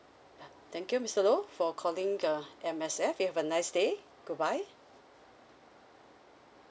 thank you mister low for calling uh M_S_F you have a nice day goodbye